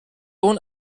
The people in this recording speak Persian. اون